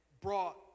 brought